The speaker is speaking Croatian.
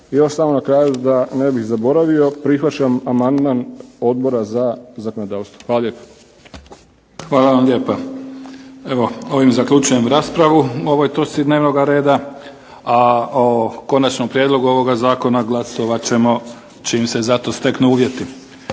I još samo na kraju da ne bih zaboravio, prihvaćam amandman Odbora za zakonodavstvo. Hvala lijepo. **Mimica, Neven (SDP)** Hvala vam lijepa. Evo, ovim zaključujem raspravu o ovoj točci dnevnoga reda, a o konačnom prijedlogu ovoga zakona glasovat ćemo čim se za to steknu uvjeti.